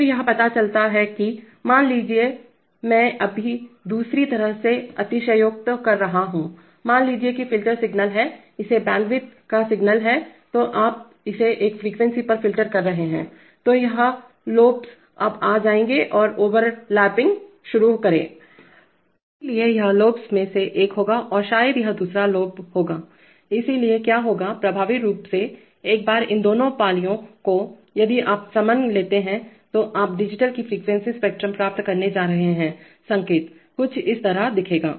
फिर यह पता चलता है कि मान लीजिएमान लीजिए कि मैं अभी दूसरी तरह से अतिशयोक्ति कर रहा हूंमान लीजिए कि फिल्टर सिग्नल हैइस बैंडविड्थ का सिग्नल है तो आप इसे इस फ्रीक्वेंसी पर फ़िल्टर कर रहे हैं तो यह लॉब्सअब आ जाएंगे और ओवरलैपिंग शुरू करेंइसलिए यह लॉब्स में से एक होगा और शायद यह दूसरा लॉब्स होगाइसलिए क्या होगाप्रभावी रूप से एक बार इन दो पालियों कोयदि आप समन लेते हैंतो आप डिजिटल की फ्रीक्वेंसी स्पेक्ट्रम प्राप्त करने जा रहे हैं संकेतकुछ इस तरह दिखेगा